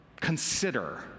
consider